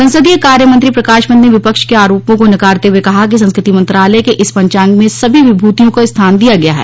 संसदीय कार्य मंत्री प्रकाश पंत ने विपक्ष के आरोपों को नकारते हुए कहा कि संस्कृति मंत्रालय के इस पंचांग में सभी विभूतियों को स्थान दिया गया है